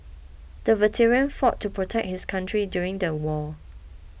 the veteran fought to protect his country during the war